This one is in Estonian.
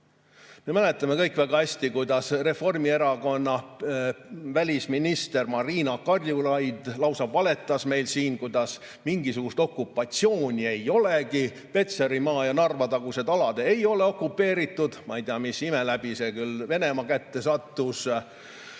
Me mäletame kõik väga hästi, kuidas Reformierakonna välisminister Marina Kaljulaid lausa valetas meile siin, et mingisugust okupatsiooni ei olegi, Petserimaa ja Narva-tagused alad ei ole okupeeritud. Ma ei tea, mis ime läbi see küll Venemaa kätte sattus.